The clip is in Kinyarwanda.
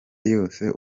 yose